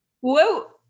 Whoa